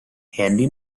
handy